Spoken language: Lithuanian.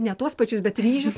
ne tuos pačius bet ryžius